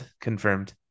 Confirmed